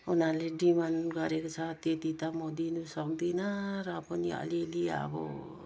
उनीहरूले डिमान्ड गरेको छ त्यत्ति त म दिन सक्दिनँ र पनि अलिअलि अब